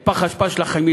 את פח האשפה של הכימיקלים,